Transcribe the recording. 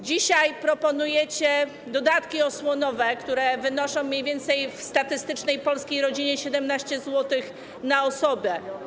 Dzisiaj proponujecie dodatki osłonowe, które wynoszą mniej więcej w statystycznej polskiej rodzinie 17 zł na osobę.